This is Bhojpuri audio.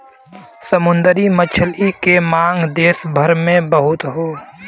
समुंदरी मछली के मांग देस भर में बहुत हौ